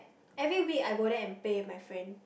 every week I go there and play with my friend